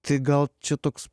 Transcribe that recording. tai gal čia toks